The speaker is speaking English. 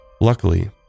Luckily